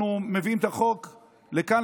אנחנו מביאים את החוק לכאן,